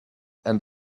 and